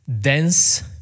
dense